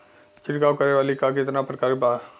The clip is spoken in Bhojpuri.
छिड़काव करे वाली क कितना प्रकार बा?